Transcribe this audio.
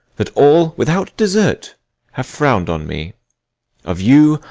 that all without desert have frown'd on me of you,